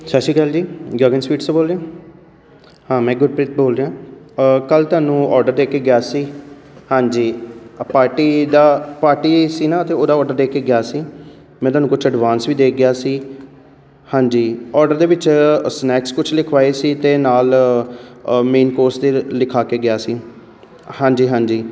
ਸਤਿ ਸ਼੍ਰੀ ਅਕਾਲ ਜੀ ਗਗਨ ਸਵੀਟਸ ਤੋਂ ਬੋਲ ਰਹੇ ਹੋ ਹਾਂ ਮੈਂ ਗੁਰਪ੍ਰੀਤ ਬੋਲ ਰਿਹਾ ਕੱਲ੍ਹ ਤੁਹਾਨੂੰ ਔਡਰ ਦੇ ਕੇ ਗਿਆ ਸੀ ਹਾਂਜੀ ਅ ਪਾਰਟੀ ਦਾ ਪਾਰਟੀ ਸੀ ਨਾ ਤਾਂ ਉਹਦਾ ਔਡਰ ਦੇ ਕੇ ਗਿਆ ਸੀ ਮੈਂ ਤੁਹਾਨੂੰ ਕੁਛ ਐਡਵਾਂਸ ਵੀ ਦੇ ਕੇ ਗਿਆ ਸੀ ਹਾਂਜੀ ਔਡਰ ਦੇ ਵਿੱਚ ਅਸਨੈਕਸ ਕੁਛ ਲਿਖਵਾਏ ਸੀ ਅਤੇ ਨਾਲ ਮੇਨ ਕੋਰਸ ਦੇ ਲਿਖਾ ਕੇ ਗਿਆ ਸੀ ਹਾਂਜੀ ਹਾਂਜੀ